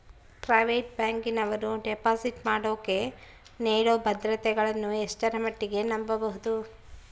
Private ಬ್ಯಾಂಕಿನವರು deposit ಮಾಡೋಕೆ ನೇಡೋ ಭದ್ರತೆಗಳನ್ನು ಎಷ್ಟರ ಮಟ್ಟಿಗೆ ನಂಬಬಹುದು?